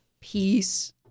peace